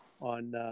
on